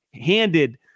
handed –